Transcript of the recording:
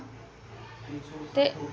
ते